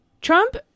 trump